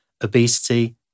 obesity